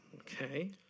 Okay